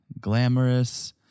glamorous